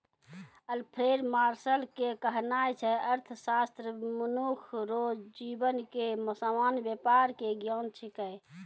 Alfred Marshall के कहनाय छै अर्थशास्त्र मनुख रो जीवन के सामान्य वेपार के ज्ञान छिकै